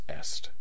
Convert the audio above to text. est